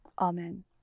Amen